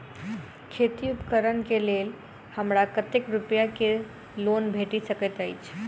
खेती उपकरण केँ लेल हमरा कतेक रूपया केँ लोन भेटि सकैत अछि?